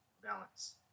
balance